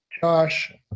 Josh